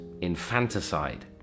infanticide